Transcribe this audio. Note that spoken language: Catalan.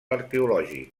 arqueològic